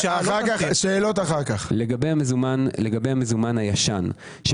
לגבי המזומן הישן,